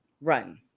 run